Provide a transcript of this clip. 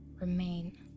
remain